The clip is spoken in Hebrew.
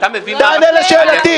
תענה לשאלתי.